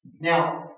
Now